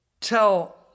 tell